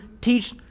teach